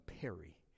Perry